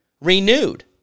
renewed